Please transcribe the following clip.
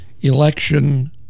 election